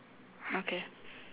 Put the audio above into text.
okay